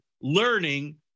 learning